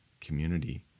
community